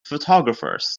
photographers